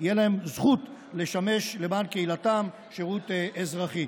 תהיה זכות לשרת למען קהילתם שירות אזרחי.